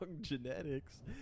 genetics